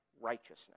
righteousness